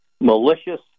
malicious